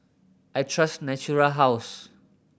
I trust Natura House